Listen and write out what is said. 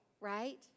Right